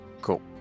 Cool